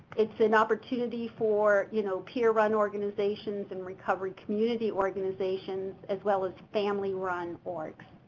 it's an opportunity for you know peer run organizations and recovery community organizations, as well as family-run orgs.